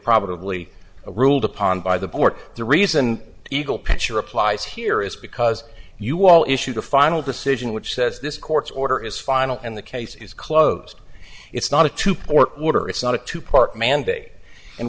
probably a ruled upon by the board the reason eagle picture applies here is because you all issued a final decision which says this court's order is final and the case is closed it's not a two port order it's not a two part mand